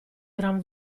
gran